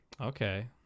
Okay